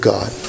God